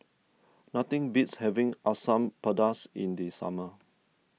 nothing beats having Asam Pedas in the summer